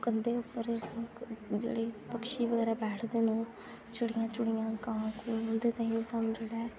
कंधे उप्पर जेह्ड़े पक्षी बगैरा बैठदे न चिड़ियां चुड़ियां कां कूं उं'दे ताईं